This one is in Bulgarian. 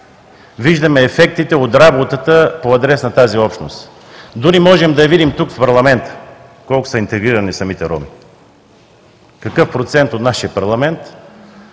виждаме ефектите от работата по адрес на тази общност. Дори можем да видим тук, в парламента, колко са интегрирани самите роми – какъв процент от нашия парламент